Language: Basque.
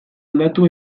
aldatu